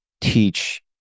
teach